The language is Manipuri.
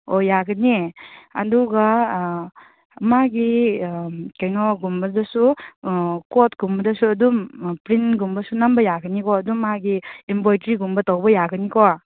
ꯑꯣ ꯌꯥꯒꯅꯤ ꯑꯗꯨꯒ ꯃꯥꯒꯤ ꯀꯩꯅꯣꯒꯨꯝꯕꯗꯨꯁꯨ ꯀꯣꯠꯀꯨꯝꯕꯗꯨꯁꯨ ꯑꯗꯨꯝ ꯄ꯭ꯔꯤꯟꯒꯨꯝꯕꯁꯨ ꯅꯝꯕ ꯌꯥꯒꯅꯤꯀꯣ ꯑꯗꯨꯝ ꯃꯥꯒꯤ ꯏꯝꯕꯣꯏꯗ꯭ꯔꯤꯒꯨꯝꯕ ꯇꯧꯕ ꯌꯥꯒꯅꯤꯀꯣ